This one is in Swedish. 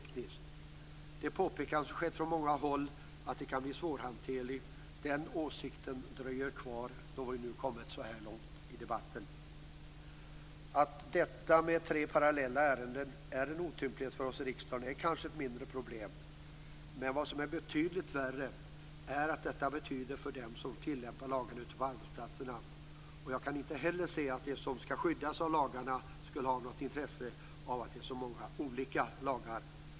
Den åsikt som har framförts från många håll att det hela kan bli svårhanterligt dröjer kvar då vi nu har kommit så här långt i debatten. Att detta med tre parallella ärenden är en otymplighet för oss i riksdagen är kanske ett mindre problem. Men vad som är betydligt värre är vad detta medför för dem som skall tillämpa lagarna ute på arbetsplatserna. Jag kan inte heller se att de som skall skyddas av lagarna skulle ha något intresse av att det är så många olika lagar.